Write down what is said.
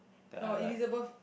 oh Elizabeth